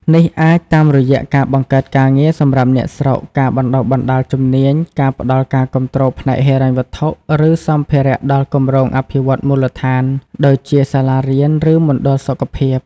នេះអាចតាមរយៈការបង្កើតការងារសម្រាប់អ្នកស្រុក ការបណ្តុះបណ្តាលជំនាញ ការផ្តល់ការគាំទ្រផ្នែកហិរញ្ញវត្ថុ ឬសម្ភារៈដល់គម្រោងអភិវឌ្ឍន៍មូលដ្ឋាន ដូចជាសាលារៀន ឬមណ្ឌលសុខភាព ។